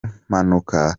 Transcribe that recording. mpanuka